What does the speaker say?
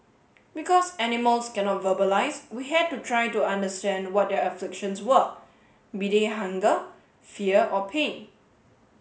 because animals cannot verbalise we had to try to understand what their afflictions were be they hunger fear or pain